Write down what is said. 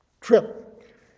trip